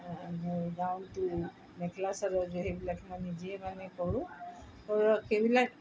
মেখেলা চাদৰ সেইবিলাক মই নিজেই মানে কৰোঁ সেইবিলাক